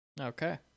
Okay